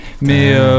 mais